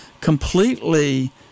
completely